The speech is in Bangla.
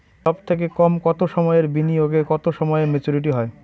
সবথেকে কম কতো সময়ের বিনিয়োগে কতো সময়ে মেচুরিটি হয়?